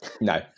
no